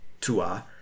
tua